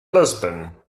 lisbon